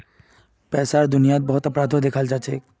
पैसार दुनियात बहुत अपराधो दखाल जाछेक